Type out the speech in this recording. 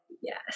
Yes